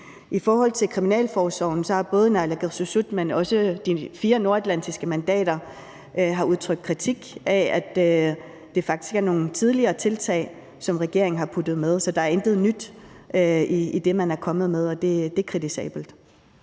I forhold til kriminalforsorgen har både naalakkersuisut, men også de fire nordatlantiske mandater udtrykt kritik af, at det faktisk er nogle tidligere tiltag, som regeringen har puttet ind. Så der er intet nyt i det, man er kommet med, og det er kritisabelt.